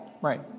right